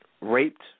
raped